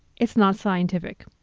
it's not scientific.